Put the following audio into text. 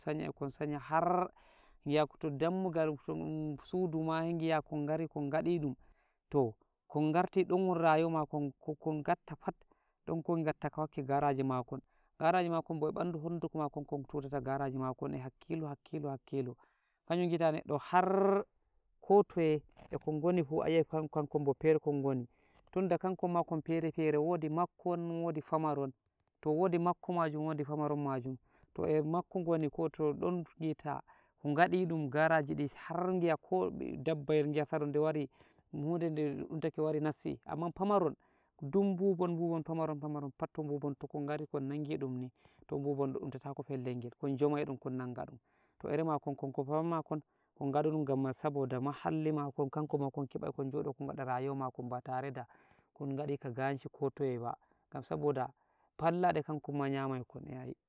ekon sanya-ekon sanya har yaktu dun dammugal to ɗum suduma he gi'a kon ngari kon gaɗi ɗum to kon ngarti ɗon won rayuwa makon kokon ngatta pat ɗon kon ngatta kakki garaji makon garaji makon bo e banɗo honduko makon kon tutata garaji makon e hakkilo-hakkilo-hakkilo hanjum gita neɗɗo har ko toye e kon ngoni fuh ayi'ai hankon bo fere kon ngoni tunda kankon ma kon fere-fere wodi makkon wodi pamaron toh wodi makkon majum wodi pamaron majum to e makkon ngoni ko toh ɗon ngita ko ngaɗiɗum garaji di har ngi'ako dabbayel gi'ataɗon dewaɗi sa 'ire wonde wari hoɗe de duddutake wari nassi amman pamaron dun bubon-bubon pamaron-pamaron pat to bubon to kon ngari kon nangi dum ni to bubon ɗonɗata tako fellel gel kon njomai ɗum kon nanga ɗum to ere makon kon-konpam makon kon ngaɗuɗum gam saboda mahalli makon kankonma kon keɓa ekon mjodo kon ngaɗa rayuwa makon ba tare da kon ngaɗi ka ganshi ko toye ba gam saboda pallaɗe kankonma nyamaikon.